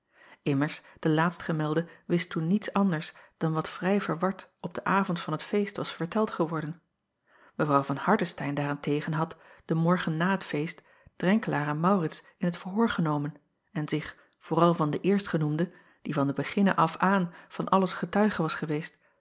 immers de laatstgemelde wist toen niets anders dan wat vrij verward op den avond van het feest was verteld geworden w van ardestein daar-en-tegen had den morgen na het feest renkelaer en aurits in t verhoor genomen en zich vooral van den eerstgenoemde die van den beginne af aan van alles getuige was geweest